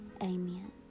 Amen